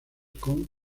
con